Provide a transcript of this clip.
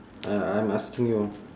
uh I'm asking you